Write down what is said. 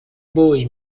boy